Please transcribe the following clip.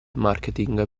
marketing